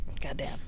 goddamn